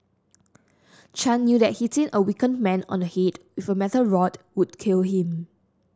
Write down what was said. Chan knew that hitting a weakened man on head with a metal rod would kill him